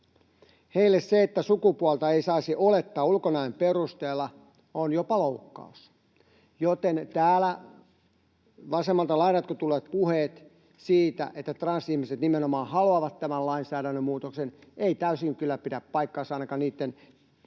Heille se, että sukupuolta ei saisi olettaa ulkonäön perusteella, on jopa loukkaus, joten täällä vasemmalta laidalta tulleet puheet siitä, että transihmiset nimenomaan haluavat tämän lainsäädännön muutoksen, eivät täysin kyllä pidä paikkaansa ainakaan niitten